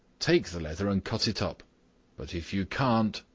take the leather and cut it up but if you can't,